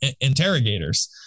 interrogators